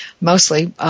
mostly –